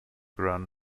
run